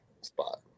spot